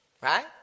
right